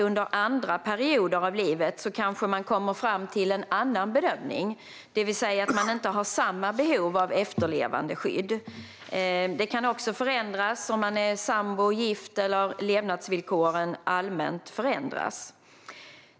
Under andra perioder av livet kanske man kommer fram till en annan bedömning, det vill säga att man inte har samma behov av efterlevandeskydd. Det kan också förändras om man är sambo eller gift eller om levnadsvillkoren allmänt förändras.